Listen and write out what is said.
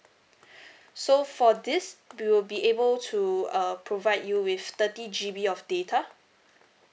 so for this we will be able to uh provide you with thirty G_B of data